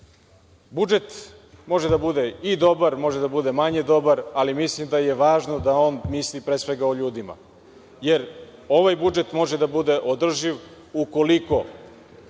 budžet može da bude i dobar, može da bude manje dobar, ali mislim da je važno da on misli pre svega o ljudima. Ovaj budžet može da bude održiv ukoliko